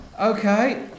Okay